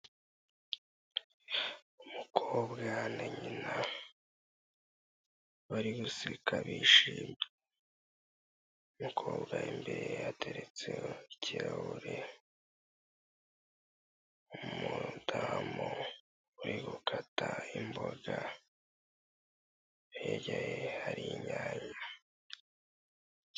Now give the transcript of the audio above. Umukobwa na nyina bari guseka bishimye umukobwa imbere hateretse ikirahure umudamu uri gukata imbonda hirya ye hari inyanya.